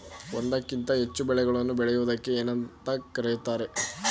ಒಂದಕ್ಕಿಂತ ಹೆಚ್ಚು ಬೆಳೆಗಳನ್ನು ಬೆಳೆಯುವುದಕ್ಕೆ ಏನೆಂದು ಕರೆಯುತ್ತಾರೆ?